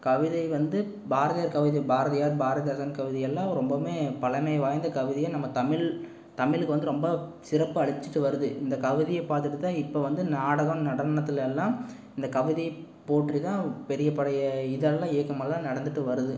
கவிதை வந்து பாரதியார் கவிதை பாரதியார் பாரதிதாசன் கவிதையெல்லாம் ரொம்பவுமே பழமை வாய்ந்த கவிதையாக நம்ம தமிழ் தமிழுக்கு வந்து ரொம்ப சிறப்பு அளிச்சிகிட்டு வருது இந்த கவிதையை பார்த்துட்டுதான் இப்போ வந்து நாடகம் நடனத்திலலாம் இந்த கவிதை போற்றிதான் பெரிய பெரிய இதெல்லாம் இயக்கமெல்லாம் நடந்துகிட்டு வருது